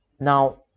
Now